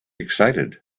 excited